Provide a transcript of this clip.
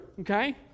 okay